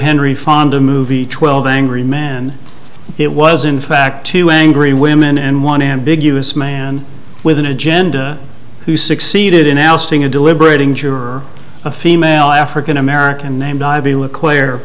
henry fonda movie twelve angry men it was in fact too angry women and one ambiguous man with an agenda who succeeded in ousting a deliberating juror a female african american named